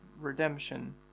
redemption